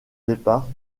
départ